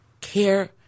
care